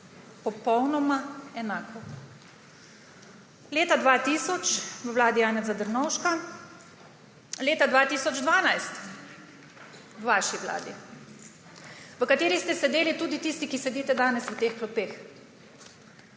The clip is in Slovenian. Popolnoma enako. Leta 2000 v vladi Janeza Drnovška, leta 2012 v vaši vladi, v kateri ste sedeli tudi tisti, ki sedite danes v teh klopeh,